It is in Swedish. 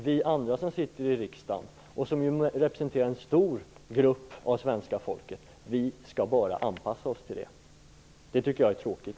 Vi andra som sitter i riksdagen, och som representerar en stor grupp av svenska folket, skall bara anpassa oss till det. Det tycker jag är tråkigt.